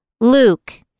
Luke